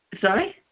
sorry